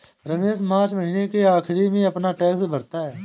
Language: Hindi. रमेश मार्च महीने के आखिरी में अपना टैक्स भरता है